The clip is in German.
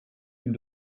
ihm